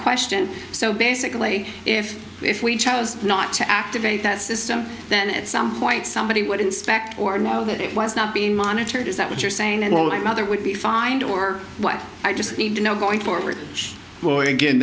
question so basically if if we chose not to activate that system then at some point somebody would inspect or know that it was not being monitored is that what you're saying at all and mother would be fined or what i just need to know going forward